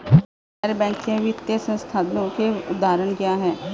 गैर बैंक वित्तीय संस्थानों के उदाहरण क्या हैं?